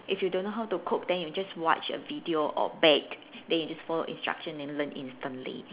if you don't know how to cook then you just watch a video or bake then you just follow instructions then learn instantly